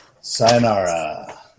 Sayonara